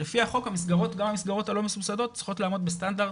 לפי החוק גם המסגרות הלא מסובסדות צריכות לעמוד בסטנדרט,